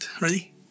ready